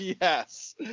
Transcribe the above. Yes